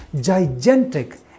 gigantic